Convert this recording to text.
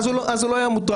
אז הוא לא היה מוטרד.